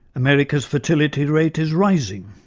america's fertility rate is rising.